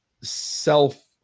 self